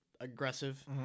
aggressive